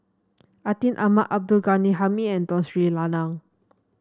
Atin Amat Abdul Ghani Hamid and Tun Sri Lanang